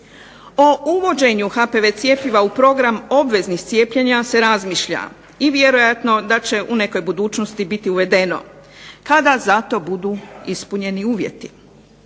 O uvođenju HPV cjepiva u program obveznih cijepljenja se razmišlja i vjerojatno da će u nekoj budućnosti biti uvedeno kada za to budu ispunjeni uvjeti.